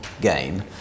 game